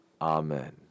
Amen